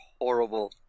horrible